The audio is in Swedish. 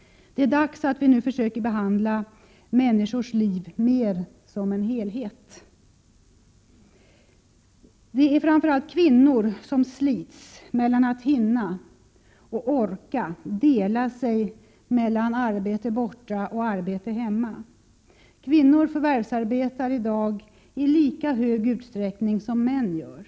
Det är dags att vi nu försöker att behandla människors liv mer som en helhet. Det är framför allt kvinnor som slits av att hinna och orka dela sig mellan arbete borta och arbete hemma. Kvinnor förvärvsarbetar i dag i lika hög utsträckning som män gör.